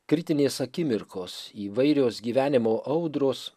kritinės akimirkos įvairios gyvenimo audros